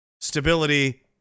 stability